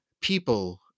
people